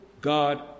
God